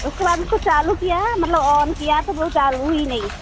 उसके बाद उसको चालू किया मतलब ऑन किया तो वह चालू ही नहीं